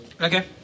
Okay